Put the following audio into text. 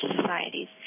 societies